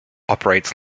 operates